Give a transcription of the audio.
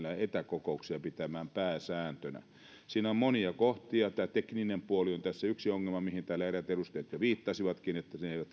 etäkokouksia pitämään pääsääntönä siinä on monia kohtia tämä tekninen puoli on tässä yksi ongelma mihin täällä eräät edustajat jo viittasivatkin eli se ei